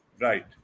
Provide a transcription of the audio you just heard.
Right